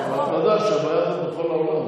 אבל אתה יודע שהבעיה הזו היא בכל העולם,